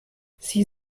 sie